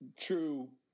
true